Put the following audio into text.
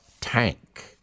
tank